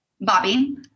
Bobby